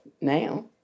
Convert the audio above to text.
now